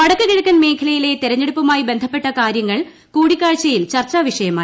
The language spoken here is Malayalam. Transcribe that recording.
വടക്കു കിഴക്കൻ മേഖലയിലെ തെരഞ്ഞെടുപ്പുമായി ബന്ധപ്പെട്ട കാര്യങ്ങൾ കൂടിക്കാഴ്ചയിൽ ചർച്ചാ വിഷയമായി